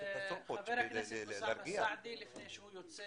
כסף בחינם, הסמים, יש בכפרים